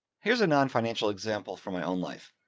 here's a nonfinancial example from my own life.